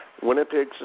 Winnipeg